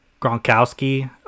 Gronkowski